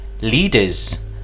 Leaders